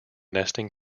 nesting